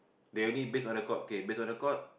they only base on record okay base on record